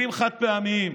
כלים חד-פעמיים,